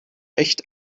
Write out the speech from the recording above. echt